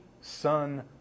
Son